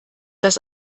das